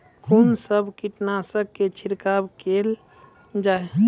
कून सब कीटनासक के छिड़काव केल जाय?